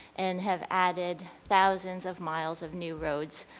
and have added thousands of miles of new rhodes